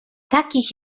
takich